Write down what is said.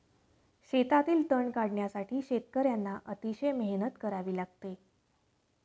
शेतातील तण काढण्यासाठी शेतकर्यांना अतिशय मेहनत करावी लागते